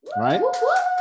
right